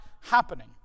happening